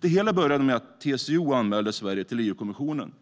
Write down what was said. Det hela började med att TCO anmälde Sverige till EU-kommissionen.